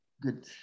Good